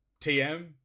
TM